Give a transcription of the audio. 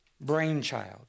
brainchild